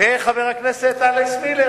וחבר הכנסת אלכס מילר,